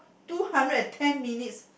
two hundred and ten minutes